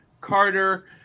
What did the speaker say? Carter